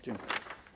Dziękuję.